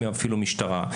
אפילו משטרה.